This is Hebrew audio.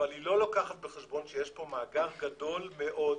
אבל היא לא לוקחת בחשבון שיש פה מאגר גדול מאוד